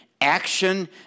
action